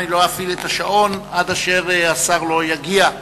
אני לא אפעיל את השעון עד אשר השר לא יגיע,